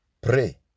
pray